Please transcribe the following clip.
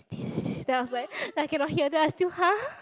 then I was like I cannot hear then I still !huh!